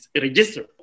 register